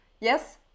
yes